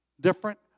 different